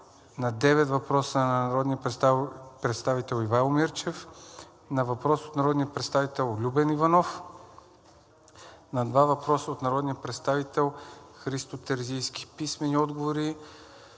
на 9 въпроса на народния представител Ивайло Мирчев; на въпрос на народния представител Любен Иванов; на 2 въпроса на народния представител Христо Терзийски; - министър